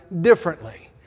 differently